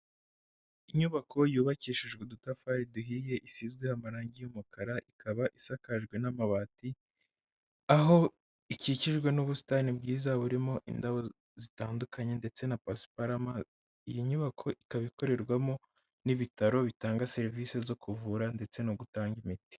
Inyubako yubakikijwe udutafari duhiye isizweho amarangi y’ umukara ikaba isakajwe n’ amabati. Aho ikikijwe n’ ubusitani bwiza burimo indabo zitandukanye ndetse na pasuparama. Iyi nyubako ikaba ikorerwamo n’ bitaro bitanga serivise zo kuvura ndetse no gutanga imiti.